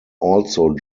also